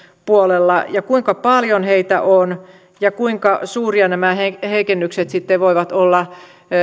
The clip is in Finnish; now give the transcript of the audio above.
puolella kuinka paljon heitä on ja kuinka suuria nämä heikennykset sitten voivat olla